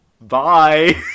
bye